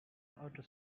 outer